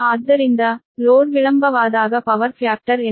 ಆದ್ದರಿಂದ ಲೋಡ್ ವಿಳಂಬವಾದಾಗ power factor ಎಂದರೆ ಅದು 0